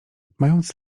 mając